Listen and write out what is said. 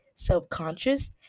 Self-conscious